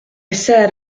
said